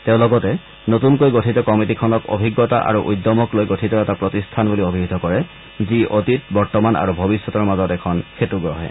তেওঁ লগতে নতুনকৈ গঠিত কমিটীখনক অভিজ্ঞতা আৰু উদ্যমক লৈ গঠিত এটা প্ৰতিষ্ঠান বুলি অভিহিত কৰে যিয়ে অতীত বৰ্তমান আৰু ভৱিষ্যতৰ মাজত এখন সেঁতু গঢ়ে